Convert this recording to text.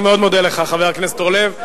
אני מאוד מודה לך, חבר הכנסת אורלב.